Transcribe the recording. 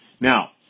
Now